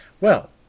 Well